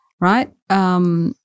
right